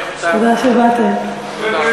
תודה שבאתם.